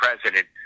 president